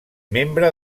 membre